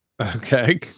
Okay